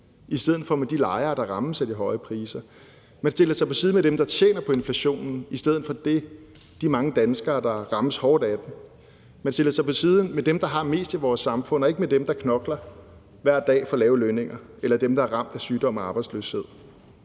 og ikke lejerne, der rammes af de høje priser. Man tager parti for dem, der tjener på inflationen, i stedet for de mange danskere, der rammes hårdt af den. Man tager parti for dem, der har mest i vores samfund, og ikke dem, der knokler hver dag for lave lønninger, eller dem, der er ramt af sygdom eller arbejdsløshed.